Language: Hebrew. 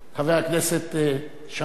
חבר הכנסת שאמה.